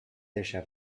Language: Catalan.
deixa